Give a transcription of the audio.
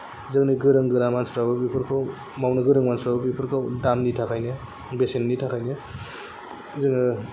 जोंनि गोरों गोरा मानसिफोराबो बेफोरखौ मावनो गोरों मानसिफ्राबो बेफोरखौ दामनि थाखायनो बेसेननि थाखायनो जोङो